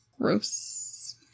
Gross